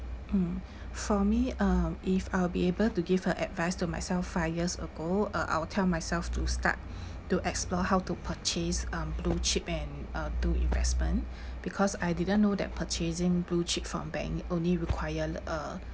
mm for me uh if I'll be able to give a advice to myself five years ago uh I will tell myself to start to explore how to purchase um blue chip and uh do investment because I didn't know that purchasing blue chip from bank it only require uh